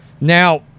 Now